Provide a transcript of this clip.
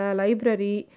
library